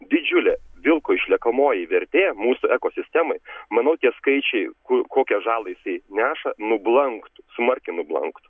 didžiulė vilko išliekamoji vertė mūsų ekosistemai manau tie skaičiai ko kokią žalą jisai neša nublanktų smarkiai nublanktų